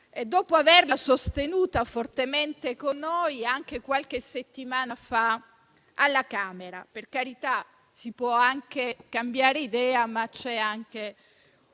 dopo averla sostenuta fortemente con noi anche qualche settimana fa alla Camera. Per carità, si può anche cambiare idea, ma c'è un